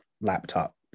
laptop